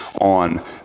on